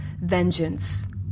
vengeance